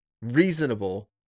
reasonable